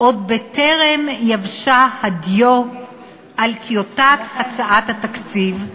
עוד בטרם יבשה הדיו על טיוטת הצעת התקציב.